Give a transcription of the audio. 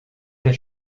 des